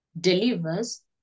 delivers